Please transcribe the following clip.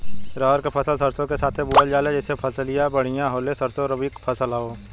रहर क फसल सरसो के साथे बुवल जाले जैसे फसलिया बढ़िया होले सरसो रबीक फसल हवौ